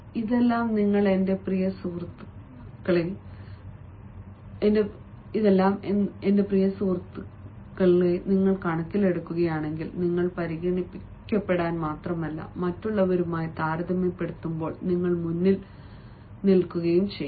ഇതെല്ലാം നിങ്ങൾ എന്റെ പ്രിയ സുഹൃത്ത് കണക്കിലെടുക്കുകയാണെങ്കിൽ നിങ്ങൾ പരിഗണിക്കപ്പെടാൻ മാത്രമല്ല മറ്റുള്ളവരുമായി താരതമ്യപ്പെടുത്തുമ്പോൾ നിങ്ങൾ മുന്നിൽ നിൽക്കേണ്ട സമയമായി എന്ന് ഞാൻ കരുതുന്നു